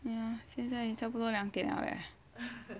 ya 现在差不多两点了 leh